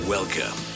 Welcome